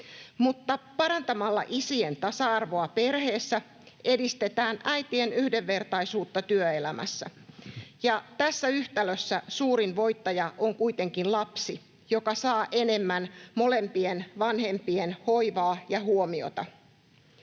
parantamalla isien tasa-arvoa perheessä edistetään äitien yhdenvertaisuutta työelämässä — ja tässä yhtälössä suurin voittaja on kuitenkin lapsi, joka saa enemmän molempien vanhempien hoivaa ja huomiota.